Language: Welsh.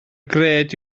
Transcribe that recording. gred